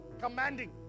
commanding